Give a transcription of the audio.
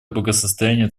благосостояние